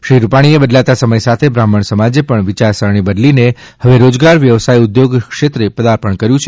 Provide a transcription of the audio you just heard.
શ્રી રૂપાણીએ બદલાતા સમય સાથે બ્રાહ્મણ સમાજે પણ વિચારસરણી બદલીને હવે રોજગાર વ્યાવસાય ઉદ્યોગો ક્ષેત્રે પદાર્પણ કર્ય છે